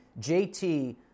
JT